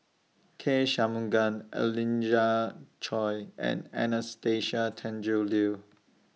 K Shanmugam Angelina Choy and Anastasia Tjendri Liew